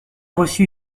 reçu